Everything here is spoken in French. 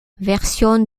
version